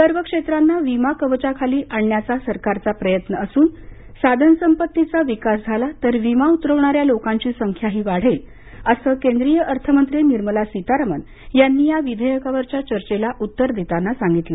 सर्व क्षेत्रांना विमा कवचाखाली आणण्याचा सरकारचा प्रयत्न असून साधनसंपत्तीचा विकास झाला तर विमा उतरवणाऱ्या लोकांची संख्याही वाढेल असे केंद्रीय अर्थमंत्री निर्मला सीतारामन यांनी या विधेयकावरच्या चर्चेला उत्तर देताना सांगितले